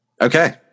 Okay